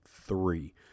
three